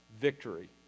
victory